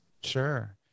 sure